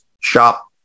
shop